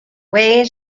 wei